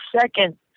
second